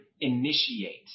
initiate